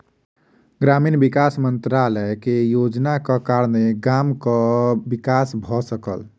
ग्रामीण विकास मंत्रालय के योजनाक कारणेँ गामक विकास भ सकल